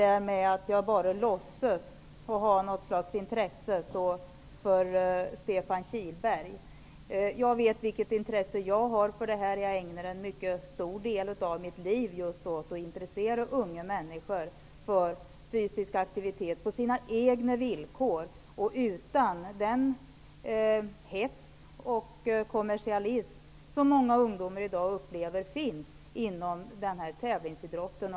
Uttalandet om att jag bara skulle låtsas ha något intresse för ämnet idrott och hälsa får Stefan Kihlberg själv stå för. Jag vet vilket intresse jag har. Jag ägnar en mycket stor del av mitt liv just åt att intressera unga människor för fysisk aktivitet på deras egna villkor utan den hets och kommerisalism som många ungdomar i dag upplever finns inom tävlingsidrotten.